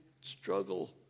struggle